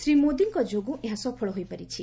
ଶ୍ରୀ ମୋଦିଙ ଯୋଗୁଁ ଏହା ସଫଳ ହୋଇପାରିଛି